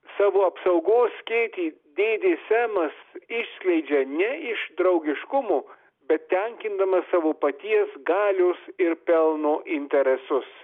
savo apsaugos skėtį dėdė semas išskleidžia ne iš draugiškumo bet tenkindamas savo paties galios ir pelno interesus